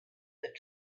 that